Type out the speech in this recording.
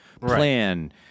plan